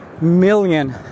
million